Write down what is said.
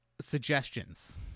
suggestions